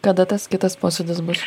kada tas kitas posėdis bus